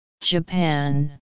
Japan